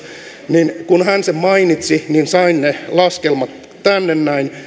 niin kun hän sen mainitsi niin sain ne laskelmat tänne näin